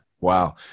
wow